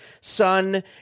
son